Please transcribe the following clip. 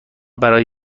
برای